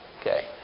okay